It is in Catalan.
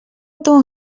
ton